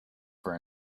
for